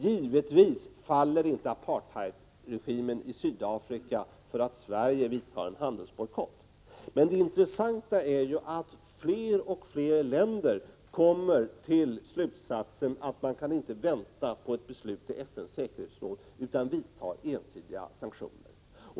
Givetvis faller inte apartheidregimen i Sydafrika därför att Sverige vidtar en handelsbojkott, men det intressanta är att fler och fler länder kommer till den slutsatsen att man inte kan vänta på ett beslut i FN:s säkerhetsråd. I stället vidtar de ensidiga sanktioner.